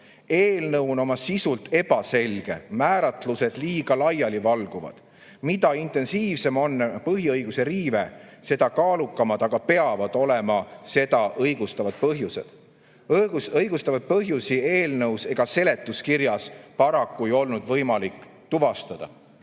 Eelnõu oma sisult on ebaselge, määratlused liiga laialivalguvad. Mida intensiivsem on põhiõiguse riive, seda kaalukamad peavad olema seda õigustavad põhjused. Õigustavaid põhjusi eelnõus ega seletuskirjas paraku ma ei tuvastanud."